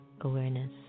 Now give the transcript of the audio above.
awareness